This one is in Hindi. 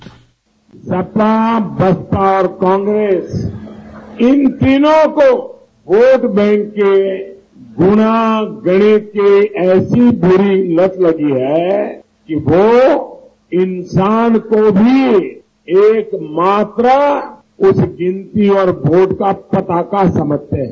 बाइट सपा बसपा और कांग्रेस इन तीनों को वोट बैंक के गुणा गणित की ऐसी बुरी लत लगी है कि वह इंसान को भी एकमात्र उस गिनती और वोट का पताका समझते हैं